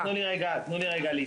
תנו לי רגע להתייחס.